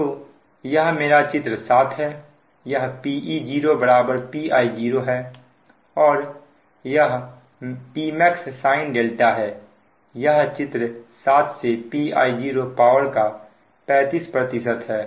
तो यह मेरा चित्र 7 है यह Pe0 Pi0 है और यह Pmax sin है यह चित्र 7 से Pi0 पावर का 35 है